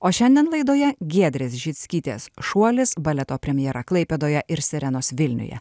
o šiandien laidoje giedrės žickytės šuolis baleto premjera klaipėdoje ir sirenos vilniuje